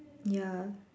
ya